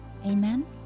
Amen